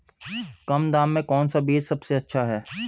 कम दाम में कौन सा बीज सबसे अच्छा है?